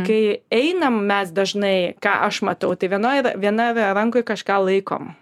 kai einam mes dažnai ką aš matau tai vienoj viena rankoj kažką laikom